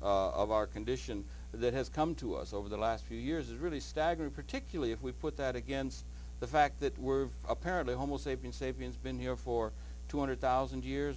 of our condition that has come to us over the last few years is really staggering particularly if we put that against the fact that we're apparently homo sapiens sapiens been here for two hundred thousand years